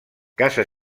casa